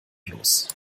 los